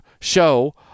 show